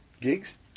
gigs